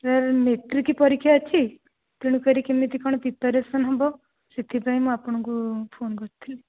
sir matric ପରୀକ୍ଷା ଅଛି ତେଣୁ କରି କେମିତି କଣ ପ୍ରିପାରେସନ୍ ହେବ ସେଥିପାଇଁ ମୁଁ ଆପଣଙ୍କୁ ଫୋନ କରିଥିଲି